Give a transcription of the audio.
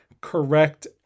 correct